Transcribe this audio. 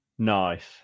Nice